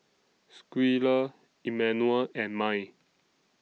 Schuyler Immanuel and Mai